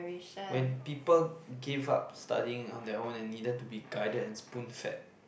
when people give up studying on their own and needed to be guided and spoon fed